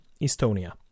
estonia